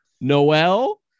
noel